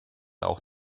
auch